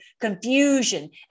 confusion